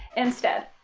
instead.